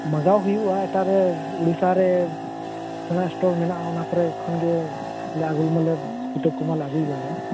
ᱢᱟᱸᱜᱟᱣ ᱦᱩᱭᱩᱜᱼᱟ ᱮᱴᱟᱜᱨᱮ ᱳᱲᱤᱥᱟᱨᱮ ᱚᱱᱛᱮᱱᱟᱜ ᱥᱴᱚᱞ ᱢᱮᱱᱟᱜᱼᱟ ᱚᱱᱟ ᱠᱚᱨᱮ ᱠᱷᱚᱱᱜᱮ ᱟᱹᱜᱩᱭᱢᱟᱞᱮ ᱠᱤᱛᱟᱹᱵ ᱠᱚᱢᱟᱞᱮ ᱟᱹᱜᱩ ᱵᱟᱲᱟᱭᱟ